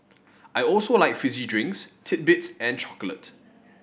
I also like fizzy drinks titbits and chocolate